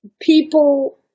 people